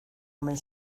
omen